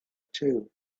too